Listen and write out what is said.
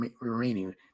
remaining